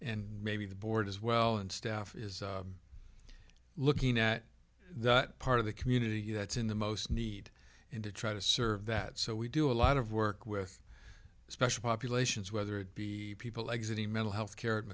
maybe the board as well and staff is looking at the part of the community that's in the most need and to try to serve that so we do a lot of work with special populations whether it be people exiting mental health care a